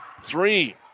three